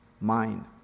mind